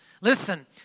Listen